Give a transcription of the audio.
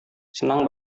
senang